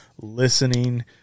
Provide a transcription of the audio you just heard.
listening